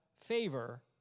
favor